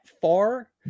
far